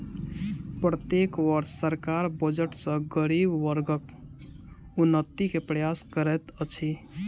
प्रत्येक वर्ष सरकार बजट सॅ गरीब वर्गक उन्नति के प्रयास करैत अछि